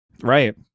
Right